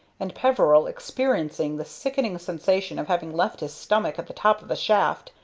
and peveril, experiencing the sickening sensation of having left his stomach at the top of the shaft,